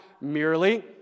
merely